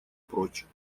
прочь